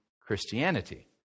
Christianity